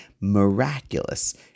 miraculous